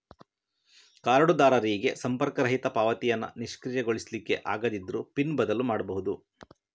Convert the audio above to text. ಕಾರ್ಡುದಾರರಿಗೆ ಸಂಪರ್ಕರಹಿತ ಪಾವತಿಯನ್ನ ನಿಷ್ಕ್ರಿಯಗೊಳಿಸ್ಲಿಕ್ಕೆ ಆಗದಿದ್ರೂ ಪಿನ್ ಬದಲು ಮಾಡ್ಬಹುದು